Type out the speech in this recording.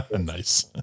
Nice